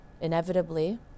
inevitably